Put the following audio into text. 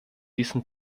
diesen